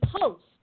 post